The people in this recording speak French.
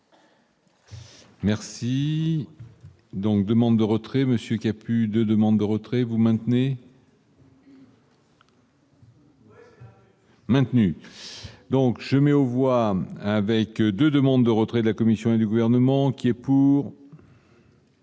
Merci donc demande de retrait monsieur qui a plus de demandes de retrait, vous maintenez. Maintenu donc je mets au voire avec 2 demandes de retrait de la Commission et du gouvernement. Mais pour.